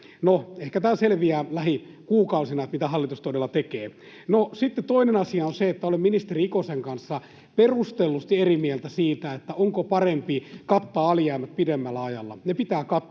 ehkä tämä selviää lähikuukausina, mitä hallitus todella tekee. No, sitten toinen asia on se, että olen ministeri Ikosen kanssa perustellusti eri mieltä siitä, onko parempi kattaa alijäämät pidemmällä ajalla.